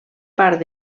part